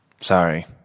Sorry